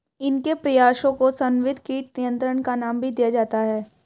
इनके प्रयासों को समन्वित कीट नियंत्रण का नाम भी दिया जाता है